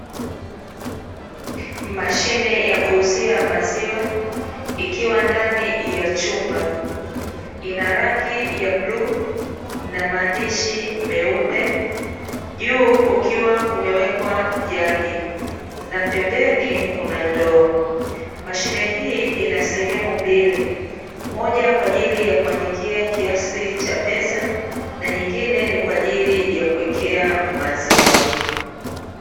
Mashine ya kuuzia maziwa ikiwa ndani ya chumba, ina rangi ya bluu na maandishi meupe juu kukiwa kumewekwa jagi na pembeni kuna ndoo. Mashine hii ina sehemu mbili moja kwaajili ya kunadikia kiasi cha pesa, na nyingine ni kwaajili yakuwekea maziwa.